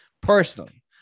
Personally